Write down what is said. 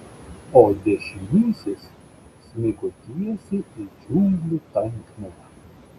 o dešinysis smigo tiesiai į džiunglių tankmę